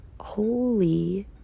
holy